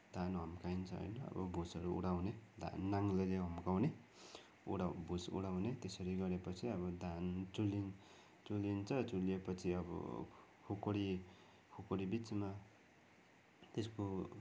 धान हम्काइन्छ होइन अब भुसहरू उडाउने नाङ्ग्लोले हम्काउने उडा भुस उडाउने त्यसरी गरेपछि अब धान चुलि चुलिन्छ चुलिए पछि अब खुकुरी खुकुरी बिचमा त्यसको